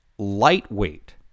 lightweight